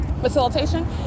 facilitation